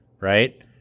right